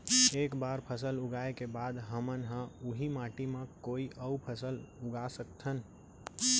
एक बार फसल उगाए के बाद का हमन ह, उही माटी मा कोई अऊ फसल उगा सकथन?